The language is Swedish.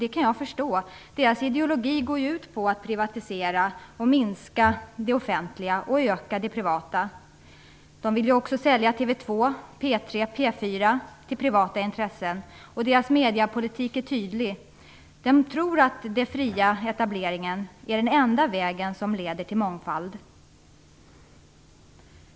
Det kan jag förstå, för deras ideologi går ut på att privatisera, minska det offentliga och öka det privata. De vill också sälja TV2, P3 och P4 till privata intressen. Deras mediepolitik är tydlig. De tror att den fria etableringen är den enda vägen till mångfald.